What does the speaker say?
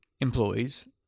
employees